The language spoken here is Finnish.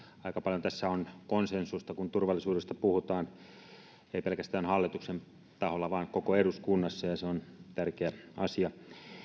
aika paljon tässä on konsensusta kun turvallisuudesta puhutaan ei pelkästään hallituksen taholla vaan koko eduskunnassa ja se on tärkeä asia